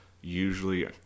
usually